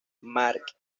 mark